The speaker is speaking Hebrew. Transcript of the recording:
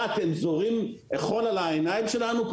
אתם זורים חול על העיניים שלנו?